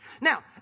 Now